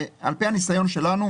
על פי הניסיון שלנו,